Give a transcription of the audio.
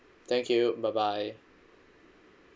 thank you bye bye